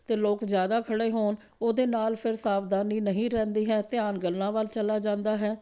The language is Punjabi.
ਅਤੇ ਲੋਕ ਜ਼ਿਆਦਾ ਖੜ੍ਹੇ ਹੋਣ ਉਹਦੇ ਨਾਲ ਫਿਰ ਸਾਵਧਾਨੀ ਨਹੀਂ ਰਹਿੰਦੀ ਹੈ ਧਿਆਨ ਗੱਲਾਂ ਵੱਲ ਚਲਾ ਜਾਂਦਾ ਹੈ